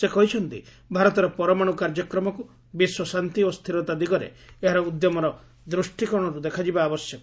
ସେ କହିଛନ୍ତି ଭାରତର ପରମାଣୁ କାର୍ଯ୍ୟକ୍ରମକୁ ବିଶ୍ୱ ଶାନ୍ତି ଓ ସ୍ଥିରତା ଦିଗରେ ଏହାର ଉଦ୍ୟମର ଦୃଷ୍ଟିକୋଶରୁ ଦେଖାଯିବା ଆବଶ୍ୟକ